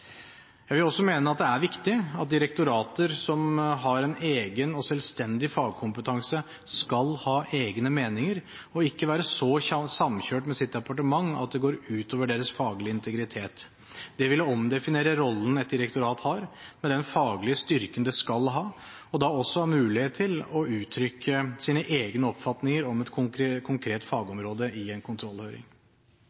Jeg vil også mene at det er viktig at direktorater som har en egen og selvstendig fagkompetanse, skal ha egne meninger og ikke være så samkjørt med sitt departement at det går ut over deres faglige integritet. Det ville omdefinere rollen et direktorat har, med den faglige styrken det skal ha, da også å ha mulighet til å uttrykke sine egne oppfatninger om et konkret fagområde i en kontrollhøring.